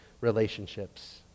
relationships